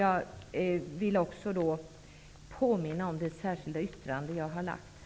Jag vill också påminna om det särskilda yttrande jag står bakom.